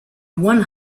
one